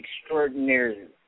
extraordinary